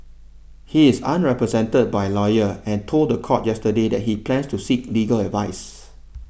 he is unrepresented by a lawyer and told the court yesterday that he plans to seek legal advice